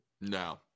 No